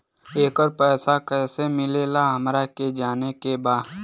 येकर पैसा कैसे मिलेला हमरा के जाने के बा?